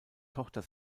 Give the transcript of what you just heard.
tochter